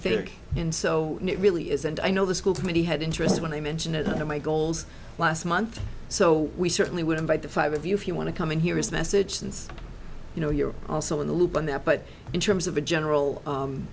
think in so it really is and i know the school committee had interest when i mention it to my goals last month so we certainly would invite the five of you if you want to come in here is the message since you know you're also in the loop on that but in terms of the general